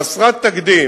חסרת תקדים,